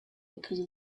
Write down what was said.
because